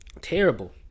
Terrible